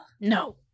No